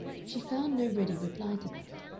she found no ready reply to that,